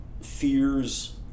fears